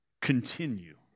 continue